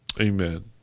Amen